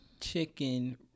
chicken